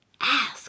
Ask